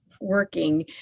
working